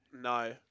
No